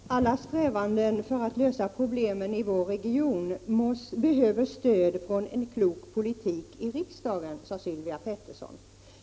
Fru talman! Alla strävanden för att lösa problemen i vår region behöver stöd från en klok politik i riksdagen, sade Sylvia Pettersson.